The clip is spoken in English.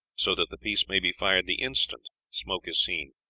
so that the piece may be fired the instant smoke is seen.